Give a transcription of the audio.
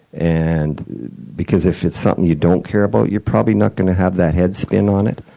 and because if it's something you don't care about, you're probably not gonna have that head spin on it.